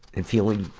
and feeling,